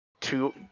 two –